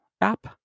app